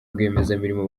rwiyemezamirimo